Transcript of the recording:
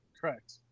correct